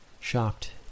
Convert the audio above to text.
shocked